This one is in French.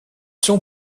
sont